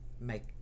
make